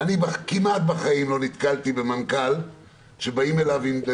כמעט ולא נתקלתי במנכ"ל שבאים אליו בבקשה